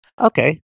Okay